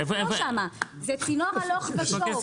זה צינור הלוך ושוב.